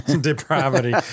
depravity